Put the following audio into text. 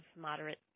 moderate